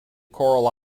coral